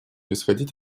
исходить